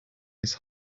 his